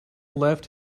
left